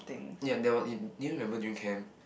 ya that were in do you remember during camp